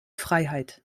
freiheit